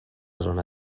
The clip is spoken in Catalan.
zona